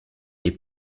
est